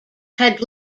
had